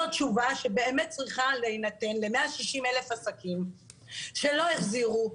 זאת תשובה שבאמת צריכה להינתן ל-160,000 עסקים שלא החזירו.